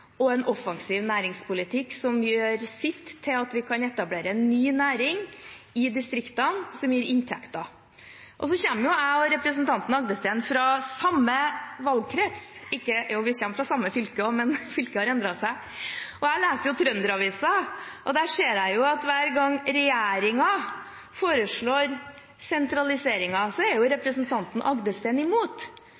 og en offensiv næringspolitikk som gjør at vi kan etablere en ny næring i distriktene som gir inntekter. Representanten Agdestein og jeg kommer fra samme valgkrets. Vi kommer fra samme fylke også, men fylket har endret seg. Jeg leser Trønder-Avisa, og der ser jeg at hver gang regjeringen foreslår sentraliseringer, er representanten Agdestein imot. Representanten Agdestein har også vært veldig bekymret for fastlegeordningen, som jeg vektla i mitt innlegg. Så jeg er